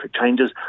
changes